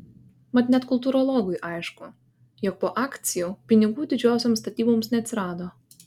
mat net kultūrologui aišku jog po akcijų pinigų didžiosioms statyboms neatsirado